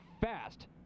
fast